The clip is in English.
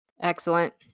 Excellent